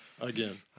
again